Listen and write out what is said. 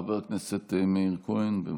חבר הכנסת מאיר כהן, בבקשה.